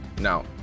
now